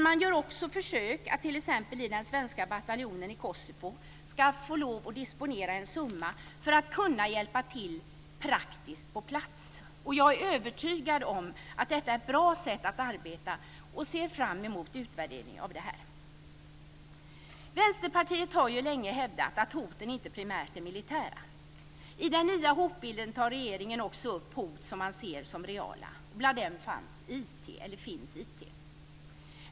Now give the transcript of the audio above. Man gör också försök att t.ex. låta den svenska bataljonen i Kosovo få lov att disponera en summa för att kunna hjälpa till praktiskt på plats. Jag är övertygad om att detta är ett bra sätt att arbeta och ser fram emot utvärderingen av det här. Vänsterpartiet har ju länge hävdat att hoten inte primärt är militära. I den nya hotbilden tar regeringen också upp andra hot som man ser som reala. Bland dessa finns IT.